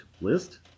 list